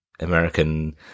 american